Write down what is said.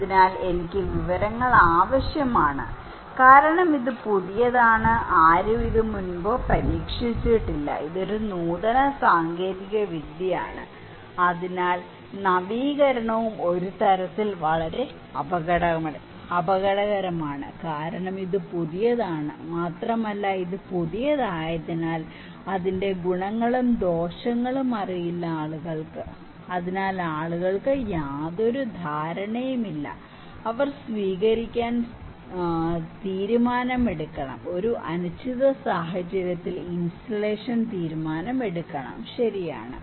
അതിനാൽ എനിക്ക് വിവരങ്ങൾ ആവശ്യമാണ് കാരണം ഇത് പുതിയതാണ് മുമ്പ് ആരും ഇത് പരീക്ഷിച്ചിട്ടില്ല ഇതൊരു നൂതന സാങ്കേതികവിദ്യയാണ് അതിനാൽ നവീകരണവും ഒരു തരത്തിൽ വളരെ അപകടകരമാണ് കാരണം ഇത് പുതിയതാണ് മാത്രമല്ല ഇത് പുതിയതായതിനാൽ അതിന്റെ ഗുണങ്ങളും ദോഷങ്ങളും അറിയില്ല ആളുകൾക്ക് അതിനാൽ ആളുകൾക്ക് യാതൊരു ധാരണയുമില്ല അവർ സ്വീകരിക്കാൻ തീരുമാനം എടുക്കണം ഒരു അനിശ്ചിത സാഹചര്യത്തിൽ ഇൻസ്റ്റാളേഷൻ തീരുമാനം എടുക്കണം ശരിയാണ്